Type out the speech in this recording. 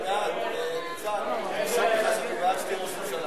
הצעת סיעות מרצ העבודה